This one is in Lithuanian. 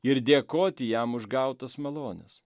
ir dėkoti jam už gautas malones